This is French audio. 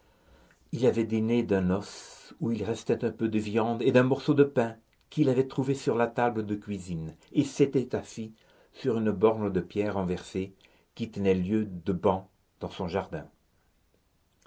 il avait dîné d'un os où il restait un peu de viande et d'un morceau de pain qu'il avait trouvé sur la table de cuisine et s'était assis sur une borne de pierre renversée qui tenait lieu de banc dans son jardin